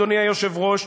אדוני היושב-ראש,